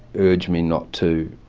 urge me not to